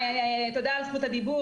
שלום,